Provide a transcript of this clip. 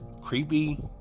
creepy